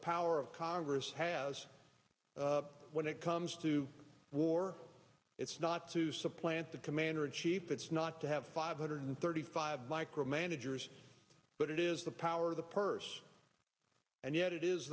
power of congress has when it comes to war it's not to supplant the commander in chief it's not to have five hundred thirty five micromanagers but it is the power of the purse and yet it is